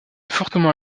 fortement